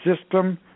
system